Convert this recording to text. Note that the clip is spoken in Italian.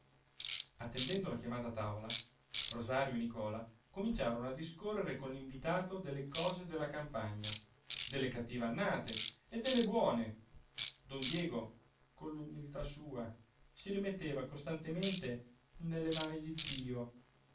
attendendo la chiamata a tavola rosario e nicola cominciarono a discorrere con l'invitato delle cose della campagna delle cattive annate e delle buone don diego con l'umiltà sua si rimetteva costantemente nelle mani di dio